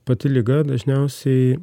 pati liga dažniausiai